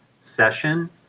session